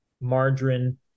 margarine